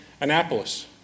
Annapolis